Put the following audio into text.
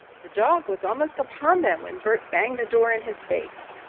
the dog was almost upon them when bert banged the door in his face.